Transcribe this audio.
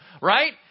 right